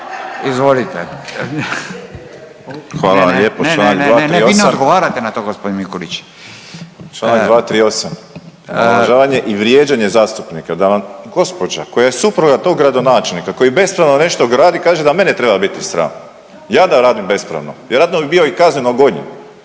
…/Upadica: Hvala vam lijepo, Članak 238. …/ Ne, ne, vi ne odgovarate gospodin Mikulić. **Borić, Josip (HDZ)** Članak 238., omalovažavanje i vrijeđanje zastupnika, da vam gospođa koji je supruga tog gradonačelnika koji bespravno nešto gradi kaže da mene treba biti sram. Ja da radim bespravno vjerojatno bi bio i kazneno gonjen,